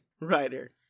writer